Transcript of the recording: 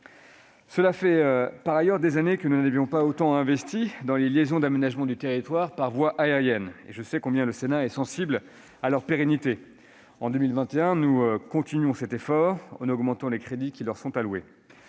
cela faisait des années que nous n'avions pas autant investi dans les liaisons d'aménagement du territoire par voie aérienne. Je sais combien le Sénat est sensible à leur pérennité. En 2021, nous poursuivons cet effort, en augmentant les crédits qui leur sont alloués.